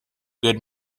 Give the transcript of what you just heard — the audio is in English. good